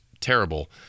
terrible